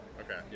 Okay